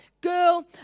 girl